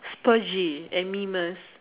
spudgy